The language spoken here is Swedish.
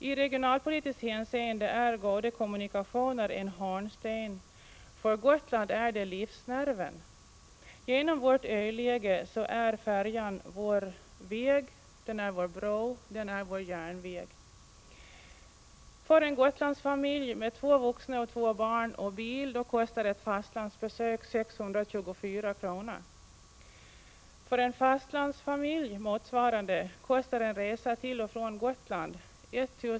I regionalpolitiskt hänseende är goda kommunikationer en hörnsten — för Gotland är det livsnerven. Genom vårt öläge är färjan vår väg, vår bro och vår järnväg.